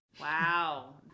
Wow